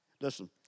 Listen